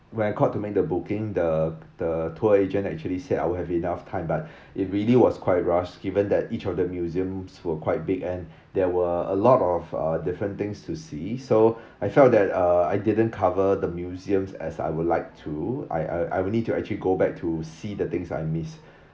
when I called to make the booking the the tour agent actually said I will have enough time but it really was quite rush given that each of the museums were quite big and there were a lot of uh different things to see so I felt that uh I didn't cover the museums as I would like to I I will need to actually go back to see the things I miss